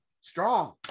strong